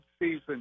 season